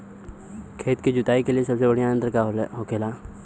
खेत की जुताई के लिए सबसे बढ़ियां यंत्र का होखेला?